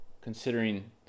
considering